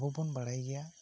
ᱟᱵᱚ ᱵᱚᱱ ᱵᱟᱲᱟᱭ ᱜᱮᱭᱟ